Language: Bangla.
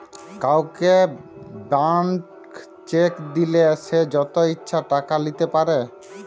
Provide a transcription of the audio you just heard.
কাউকে ব্ল্যান্ক চেক দিলে সে যত ইচ্ছা টাকা লিতে পারে